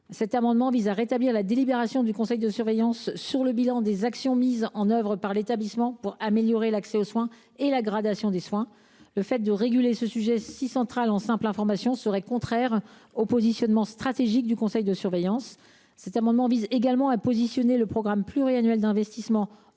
tend également à rétablir la délibération du conseil de surveillance sur le bilan des actions mises en œuvre par l’établissement pour améliorer l’accès aux soins et la gradation des soins. En effet, la régulation d’un sujet aussi central par la simple information serait contraire au positionnement stratégique du conseil de surveillance. Cet amendement vise également à positionner le programme pluriannuel d’investissement